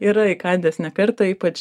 yra įkandęs ne kartą ypač